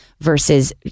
Versus